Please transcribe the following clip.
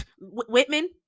Whitman